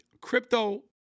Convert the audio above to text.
Crypto